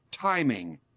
timing